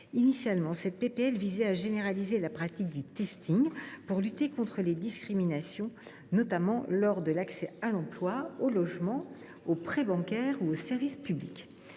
Initialement, cette proposition de loi visait à généraliser la pratique du pour lutter contre les discriminations, notamment dans l’accès à l’emploi, au logement, aux prêts bancaires ou aux services publics.